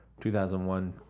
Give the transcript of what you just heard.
2001